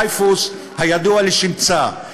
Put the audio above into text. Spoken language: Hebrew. אלפרד דרייפוס, הידוע לשמצה.